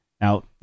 Now